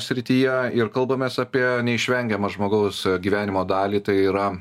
srityje ir kalbamės apie neišvengiamą žmogaus gyvenimo dalį tai yra